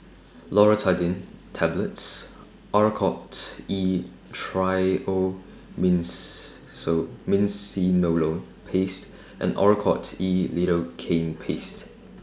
Loratadine Tablets Oracort E Paste and Oracort E Lidocaine Paste